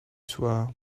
soir